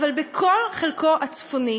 אבל בכל חלקו הצפוני